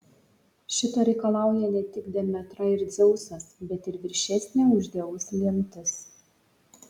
šito reikalauja ne tik demetra ir dzeusas bet ir viršesnė už dievus lemtis